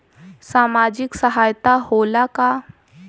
सामाजिक सहायता होला का?